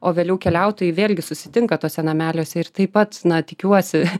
o vėliau keliautojai vėlgi susitinka tuose nameliuose ir taip pat na tikiuosi